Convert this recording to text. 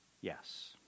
Yes